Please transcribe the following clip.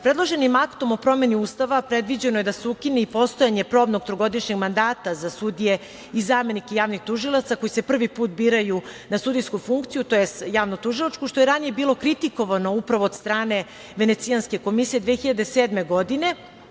Predloženim aktom o promeni Ustava predviđeno je da se ukine i postojanje probnog trogodišnjeg mandata za sudije i zamenike javnih tužilaca koji se prvi put biraju na sudijsku funkciju, tj. javnotužilačku, što je ranije bilo kritikovano upravo od strane Venecijanske komisije, mislim 2007. godine.